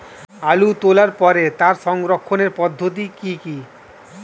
আলু তোলার পরে তার সংরক্ষণের পদ্ধতি কি কি?